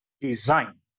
design